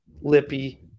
Lippy